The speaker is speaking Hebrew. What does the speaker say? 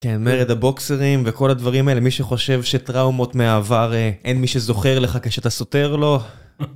כן, מרד הבוקסרים וכל הדברים האלה, מי שחושב שטראומות מהעבר אין מי שזוכר לך כשאתה סוטר לו.